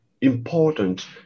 important